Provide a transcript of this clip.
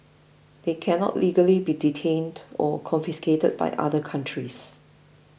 they cannot legally be detained or confiscated by other countries